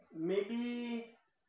maybe